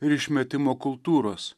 ir išmetimo kultūros